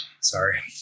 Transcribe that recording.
Sorry